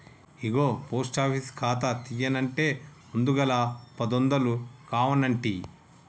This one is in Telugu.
ఇగో పోస్ట్ ఆఫీస్ ఖాతా తీయన్నంటే ముందుగల పదొందలు కావనంటి